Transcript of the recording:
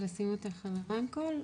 זה לשים אותך על הרמקול,